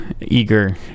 eager